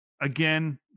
again